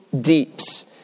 deeps